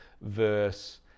verse